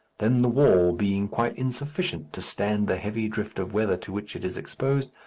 then the wall, being quite insufficient to stand the heavy drift of weather to which it is exposed,